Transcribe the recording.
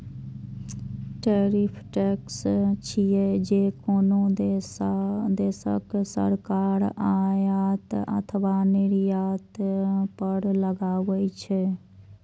tariff tax छियै, जे कोनो देशक सरकार आयात अथवा निर्यात पर लगबै छै